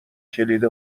کلید